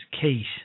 case